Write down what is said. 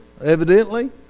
evidently